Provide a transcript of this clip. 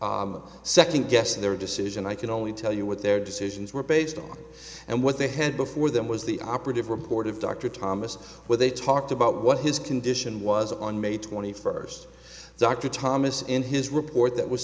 not second guess their decision i can only tell you what their decisions were based on and what they had before them was the operative report of dr thomas where they talked about what his condition was on may twenty first dr thomas in his report that was